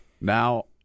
Now